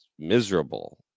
miserable